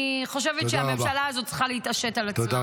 אני חושבת שהממשלה הזאת צריכה להתעשת על עצמה.